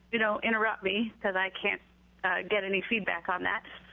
you know interrupt me. because i can't get any feedback on that.